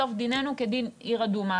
בסוף דיננו כדין עיר אדומה,